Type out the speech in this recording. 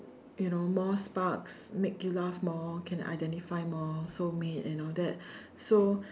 you know more sparks make you laugh more can identify more soulmate and all that so